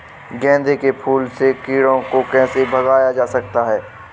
गेंदे के फूल से कीड़ों को कैसे भगाया जा सकता है?